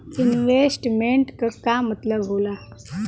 Investment क का मतलब हो ला?